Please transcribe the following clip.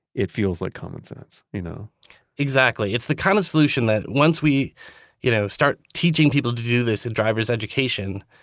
it feels like common sense you know exactly, it's the kind of solution that once we you know start teaching people to do this in driver's education,